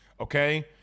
Okay